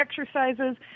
exercises